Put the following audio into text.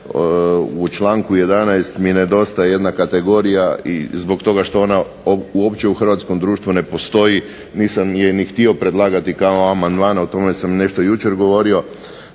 u članku 11. mi nedostaje jedna kategorija i zbog toga što ona uopće u hrvatskom društvu ne postoji nisam je ni htio predlagati kao amandman, a o tome sam nešto jučer govorio.